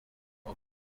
okoye